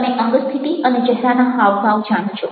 તમે અંગસ્થિતિ અને ચહેરાના હાવભાવ જાણો છો